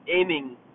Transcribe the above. aiming